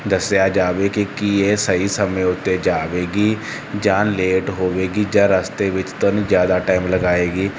ਦੱਸਿਆ ਜਾਵੇ ਕਿ ਕੀ ਇਹ ਸਹੀ ਸਮੇਂ ਉੱਤੇ ਜਾਵੇਗੀ ਜਾਂ ਲੇਟ ਹੋਵੇਗੀ ਜਾਂ ਰਸਤੇ ਵਿੱਚ ਤੁਹਾਨੂੰ ਜ਼ਿਆਦਾ ਟਾਈਮ ਲਗਾਵੇਗੀ